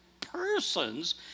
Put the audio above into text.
persons